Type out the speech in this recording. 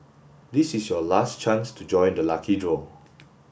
this is your last chance to join the lucky draw